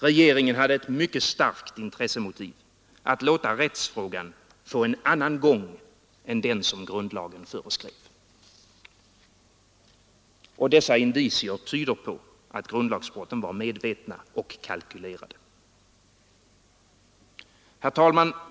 Regeringen hade ett mycket starkt intressemotiv att låta rättsfrågan få en annan gång än den som grundlagen föreskrev. Dessa indicier tyder på att grundlagsbrotten var medvetna och kalkylerade. Herr talman!